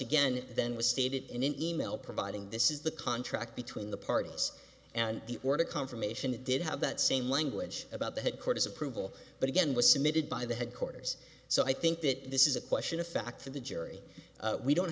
again then was stated in an email providing this is the contract between the parties and the word a confirmation it did have that same language about the headquarters approval but again was submitted by the headquarters so i think that this is a question of fact for the jury we don't